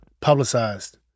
publicized